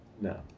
No